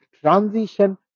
transition